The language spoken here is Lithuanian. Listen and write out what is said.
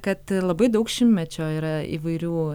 kad labai daug šimtmečio yra įvairių